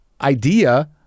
idea